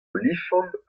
olifant